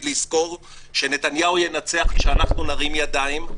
לזכור שנתניהו ינצח כשאנחנו נרים ידיים,